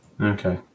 Okay